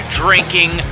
drinking